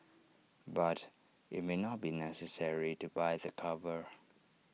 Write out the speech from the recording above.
but IT may not be necessary to buy the cover